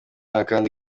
akandi